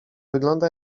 wygląda